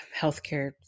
healthcare